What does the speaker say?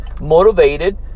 motivated